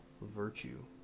virtue